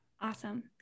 Awesome